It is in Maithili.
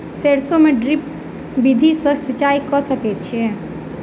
सैरसो मे ड्रिप विधि सँ सिंचाई कऽ सकैत छी की?